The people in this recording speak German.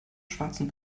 schwarzen